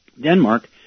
Denmark